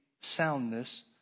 soundness